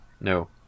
No